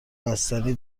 بستنی